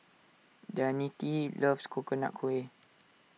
Danette loves Coconut Kuih